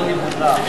תאמין לי, בושה.